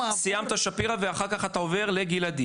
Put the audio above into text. סיימת שפירא ואחר כך אתה עובר לגלעדי?